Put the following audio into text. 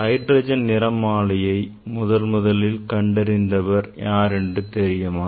hydrogen நிறமாலையை முதல்முதலில் கண்டறிந்தவர் யார் என்று தெரியுமா